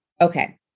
okay